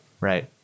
Right